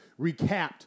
recapped